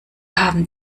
haben